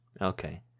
Okay